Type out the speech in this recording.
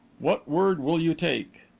what word will you take?